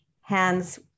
hands